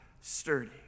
sturdy